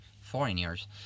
foreigners